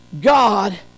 God